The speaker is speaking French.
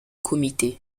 comité